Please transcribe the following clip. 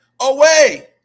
away